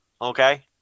okay